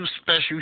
special